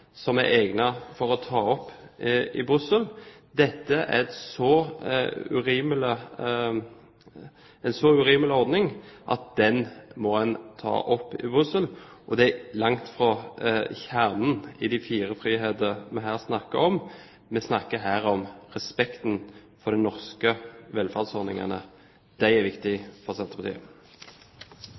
så urimelig ordning at den må en ta opp i Brussel. Det er langt fra kjernen i de fire friheter vi snakker om, vi snakker her om respekten for de norske velferdsordningene. De er viktige for Senterpartiet.